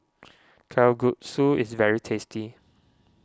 Kalguksu is very tasty